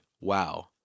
Wow